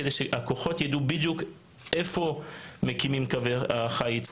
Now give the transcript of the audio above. כדי שכוחות הכיבוי הפועלים ידעו בדיוק איפה הוקמו קווי חיץ,